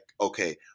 okay